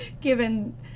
Given